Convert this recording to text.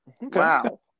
wow